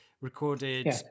recorded